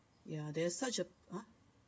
ya there's such a !huh!